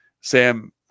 Sam